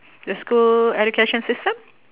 the school education system